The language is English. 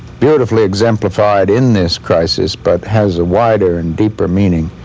beautifully exemplified in this crisis, but has a wider and deeper meaning.